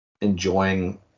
enjoying